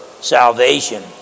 salvation